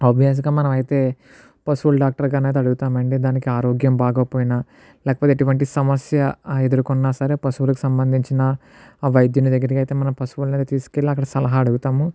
ఆబ్వియస్గా మనం అయితే పశువుల డాక్టర్ని అయితే అడుగుతాం అండి దానికి ఆరోగ్యం బాగోకపోయిన లేకపోతే ఎటువంటి సమస్య ఎదుర్కొన్న సరే పశువులకు సంబంధించిన వైద్యుని దగ్గరికి అయితే మనం పశువులని అయితే తీసుకు వెళ్ళి అక్కడ సలహా అడుగుతాము